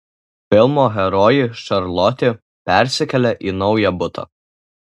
filmo herojė šarlotė persikelia į naują butą